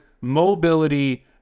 mobility